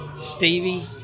Stevie